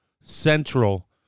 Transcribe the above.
central